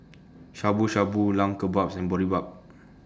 Shabu Shabu Lamb Kebabs and Boribap